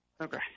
Okay